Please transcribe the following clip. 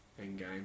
Endgame